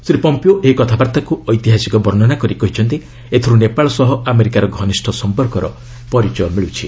Shri Pompeo ଏହି କଥାବାର୍ତ୍ତାକୁ ଐତିହାସିକ ବର୍ଷ୍ଣନା କରି କହିଛନ୍ତି ଏଥିରୁ ନେପାଳ ସହ ଆମେରିକାର ଘନିଷ୍ଠ ସମ୍ପର୍କର ପରିଚୟ ମିଳିଛି